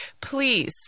Please